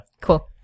Cool